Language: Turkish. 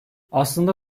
aslında